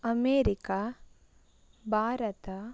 America Bharat